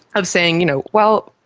of saying, you know, well,